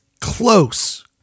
close